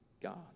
god